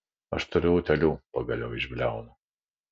aš turiu utėlių pagaliau išbliaunu